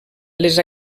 les